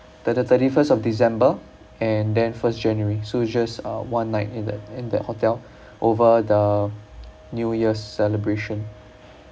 the the thirty first of december and then first january so just uh one night in that in that hotel over the new year celebration